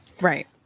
Right